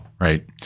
right